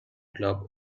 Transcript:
club